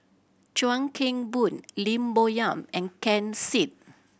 Chuan Keng Boon Lim Bo Yam and Ken Seet